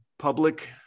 Public